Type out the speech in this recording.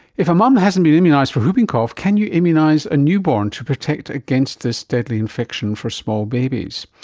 if a mum hasn't been immunised for whooping cough, can you immunise a newborn to protect against this deadly infection for small babies?